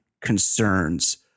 concerns